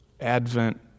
Advent